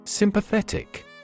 Sympathetic